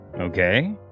okay